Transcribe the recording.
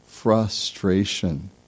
Frustration